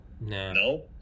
no